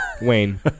Wayne